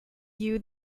view